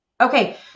Okay